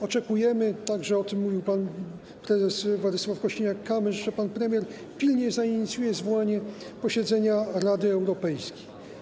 Oczekujemy, o tym mówił pan prezes Władysław Kosiniak-Kamysz, że pan premier pilnie zainicjuje zwołanie posiedzenia Rady Europejskiej.